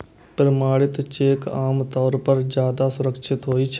प्रमाणित चेक आम तौर पर ज्यादा सुरक्षित होइ छै